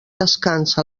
descansa